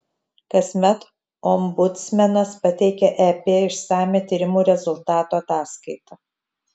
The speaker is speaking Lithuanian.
kasmet ombudsmenas pateikia ep išsamią tyrimų rezultatų ataskaitą